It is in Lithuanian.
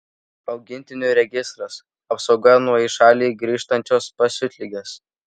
augintinių registras apsauga nuo į šalį grįžtančios pasiutligės